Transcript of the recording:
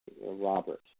Robert